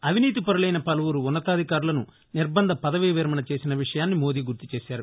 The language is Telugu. అవినీతిపరులైన పలువురు ఉన్నతాధికారులను నిర్బంద పదవీ విరమణ చేసిన విషయాన్ని మోడీ గుర్తుచేశారు